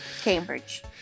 Cambridge